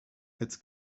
its